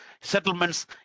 settlements